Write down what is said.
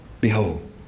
Behold